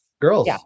girls